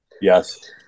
Yes